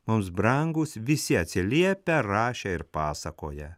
mums brangūs visi atsiliepę rašę ir pasakoję